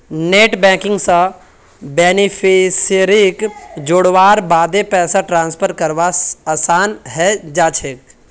net banking स बेनिफिशियरीक जोड़वार बादे पैसा ट्रांसफर करवा असान है जाछेक